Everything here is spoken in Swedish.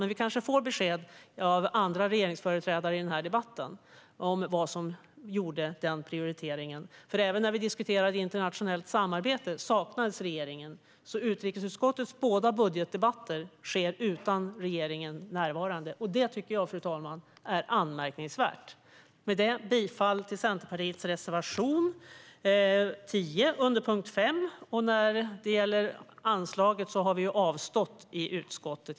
Men vi kanske får besked i den här debatten av andra företrädare för regeringspartierna om vad som föranledde den prioriteringen. Även när vi diskuterade internationellt samarbete saknades regeringen. Utrikesutskottets båda budgetdebatter sker alltså utan regeringen närvarande, och det tycker jag är anmärkningsvärt, fru talman. Jag yrkar bifall till Centerpartiets reservation nr 10 under punkt 5. När det gäller anslaget har vi avstått i utskottet.